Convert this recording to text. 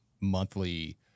monthly